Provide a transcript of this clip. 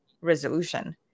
resolution